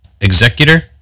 executor